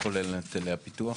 זה כולל את היטלי הפיתוח?